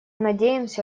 надеемся